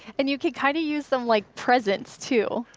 and you could kind of use them like presents, too.